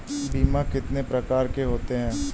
बीमा कितनी प्रकार के होते हैं?